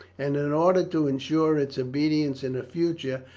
and in order to ensure its obedience in the future,